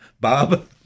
Bob